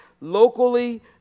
Locally